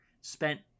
spent